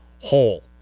whole